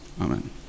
amen